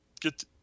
get